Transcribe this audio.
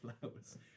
flowers